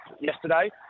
yesterday